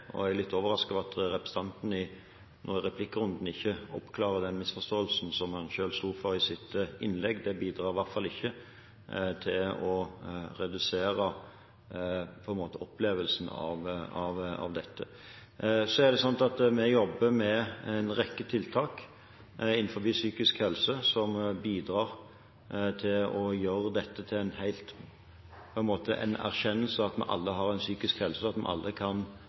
Og jeg er litt overrasket over at representanten nå i replikkrunden ikke oppklarer den misforståelsen som han selv sto for i sitt innlegg. Det bidrar i hvert fall ikke til å redusere opplevelsen av dette. Vi jobber med en rekke tiltak innenfor psykisk helse som bidrar til å gjøre dette til en erkjennelse av at vi alle har en psykisk helse, og at vi alle kan